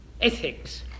ethics